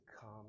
come